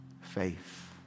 Faith